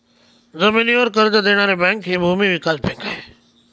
जमिनीवर कर्ज देणारी बँक हि भूमी विकास बँक आहे